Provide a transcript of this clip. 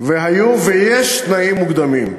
והיו ויש תנאים מוקדמים: